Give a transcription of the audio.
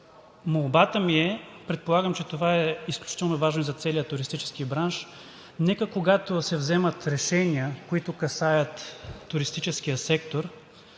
Молбата ми е – предполагам, че това е изключително важно и за целия туристически бранш: нека, когато се вземат решения, които касаят туристическия сектор,